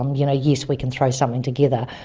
um you know yes, we can throw something together,